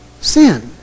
sin